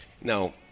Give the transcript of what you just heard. Now